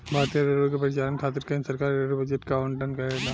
भारतीय रेलवे के परिचालन खातिर केंद्र सरकार रेलवे बजट के आवंटन करेला